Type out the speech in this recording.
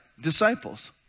disciples